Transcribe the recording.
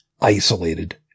isolated